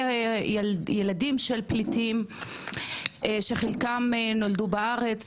ילדים של פליטים שחלקם נולדו בארץ,